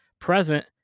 Present